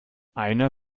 einer